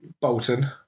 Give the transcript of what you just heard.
Bolton